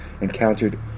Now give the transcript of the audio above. encountered